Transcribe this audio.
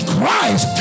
Christ